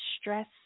stress